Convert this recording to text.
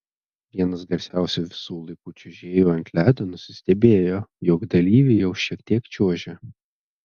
vienas garsiausių visų laikų čiuožėjų ant ledo nusistebėjo jog dalyviai jau šiek tiek čiuožia